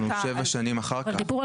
אנחנו שבע שנים אחר כך,